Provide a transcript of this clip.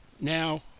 now